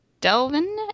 Delvin